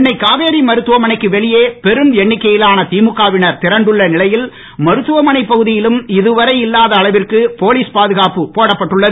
சென்னை காவேரி மருத்துவமனைக்கு வெளியே பெரும் எண்ணிக்கையிலான திமுக வினர் திரண்டுள்ள நிலையில் மருத்துவமனை பகுதியிலும் இதுவரை இல்லாத அளவிற்கு போலீஸ் பாதுகாப்பு போடப்பட்டள்ளது